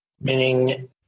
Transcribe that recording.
meaning